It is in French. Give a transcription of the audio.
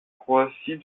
croatie